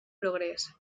progrés